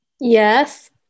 Yes